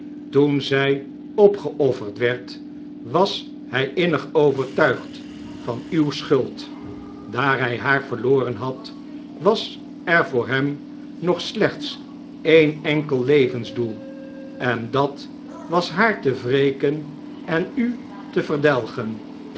toen zy opgeofferd werd was hy innig overtuigd van uw schuld daar hy haar verloren had was er voor hem nog slechts een enkel levensdoel en dat was haar te wreken en u te verdelgen